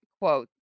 quote